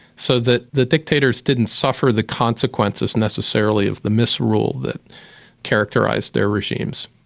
so that the dictators didn't suffer the consequences, necessarily, of the misrule that characterised their regimes.